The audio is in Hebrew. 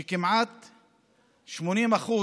שכמעט 80%,